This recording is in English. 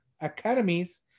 academies